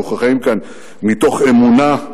אנחנו חיים כאן מתוך אמונה,